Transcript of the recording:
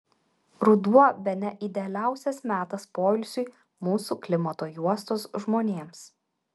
ruduo bene idealiausias metas poilsiui mūsų klimato juostos žmonėms